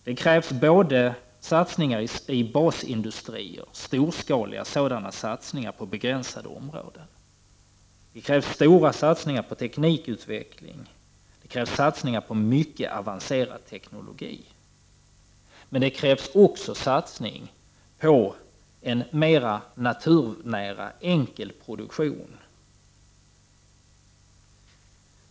Det krävs satsningar i basindustrier, storskaliga sådana på begränsade områden, och det krävs stora satsningar på teknikutveckling och på mycket avancerad teknologi. Men det krävs också satsningar på en mer naturnära, enkel produktion.